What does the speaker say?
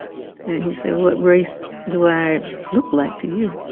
he said, what race do i look like to you?